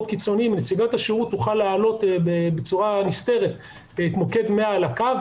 קיצוניים נציגת השירות תוכל לעלות בצורה נסתרת את מוקד 100 לקו,